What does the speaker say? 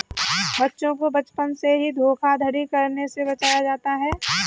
बच्चों को बचपन से ही धोखाधड़ी करने से बचाया जाता है